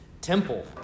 temple